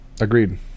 Agreed